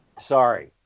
Sorry